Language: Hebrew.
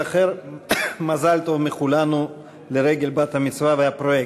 ואכן מזל טוב מכולנו לרגל הבת-מצווה והפרויקט.